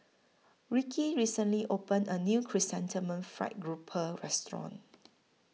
Rickie recently opened A New Chrysanthemum Fried Grouper Restaurant